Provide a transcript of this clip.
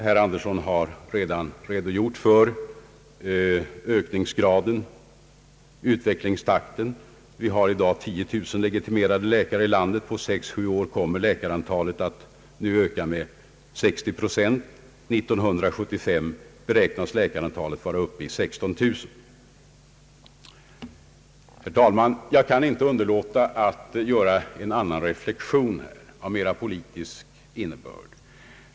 Herr Andersson har redan redogjort för ökningsgraden och utvecklingstakten. Vi har i dag 10000 legitimerade läkare i landet. På sex sju år kommer läkarantalet att öka med 60 procent, och år 1975 beräknas det vara uppe i 16 000. Herr talman! Jag kan inte underlåta att göra en annan reflexion av mera politisk innebörd.